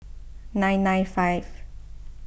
nine nine five